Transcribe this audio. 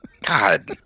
God